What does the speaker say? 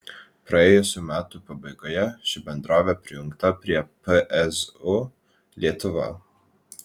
praėjusių metų pabaigoje ši bendrovė prijungta prie pzu lietuva